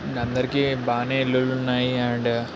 అందరికి బాగా ఇళ్ళులు ఉన్నాయి అండ్